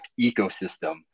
ecosystem